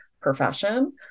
profession